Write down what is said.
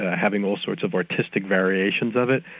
ah having all sorts of artistic variations of it,